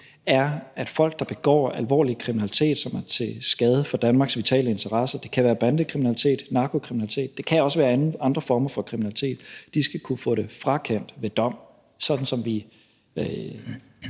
er, at folk, der begår alvorlig kriminalitet, som er til skade for Danmarks vitale interesser, og det kan være bandekriminalitet, narkokriminalitet, det kan også være andre former for kriminalitet, skal kunne få det frakendt ved dom, sådan som vi